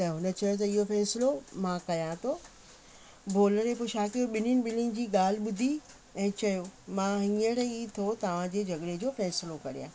त हुन चयो त इहो फ़ैसिलो मां कयां थो भोलड़े पोइ छा कयो ॿिन्हिनि ॿिन्हिनि जी ॻाल्हि ॿुधी ऐं चयो मां हींअर ई थो तव्हांजे जॻहि जो फ़ैसिलो करियां